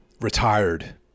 retired